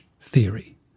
theory